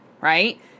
right